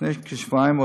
לפני כשבועיים,